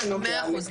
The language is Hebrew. מאה אחוז.